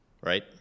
right